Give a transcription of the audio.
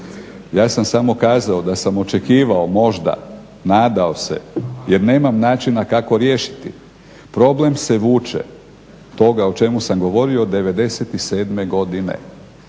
Ja sam samo kazao da sam očekivao možda, nadao se jer nemam načina kako riješiti. Problem se vuče toga o čemu sam govorio od '97.godine.